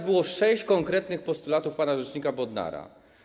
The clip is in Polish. Było sześć konkretnych postulatów pana rzecznika Bodnara.